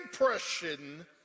impression